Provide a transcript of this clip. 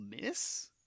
Miss